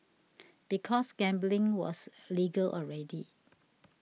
because gambling was legal already